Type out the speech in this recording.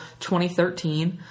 2013